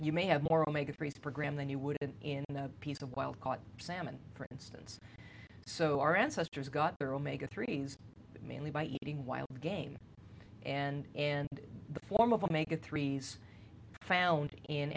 you may have more omega three s program than you would in a piece of wild caught salmon for instance so our ancestors got their omega three s mainly by eating wild game and in the form of omega three s found in